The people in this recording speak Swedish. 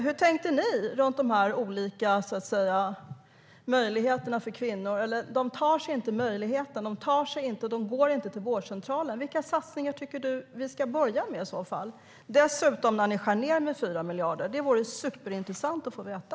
Hur tänkte ni om de olika möjligheterna för kvinnor? De tar sig inte möjligheten; de går inte till vårdcentralen. Vilka satsningar tycker du i så fall att vi ska börja med när ni dessutom skär ned med 4 miljarder? Det vore superintressant att få veta.